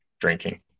drinking